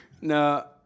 No